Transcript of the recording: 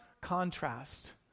contrast